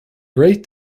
great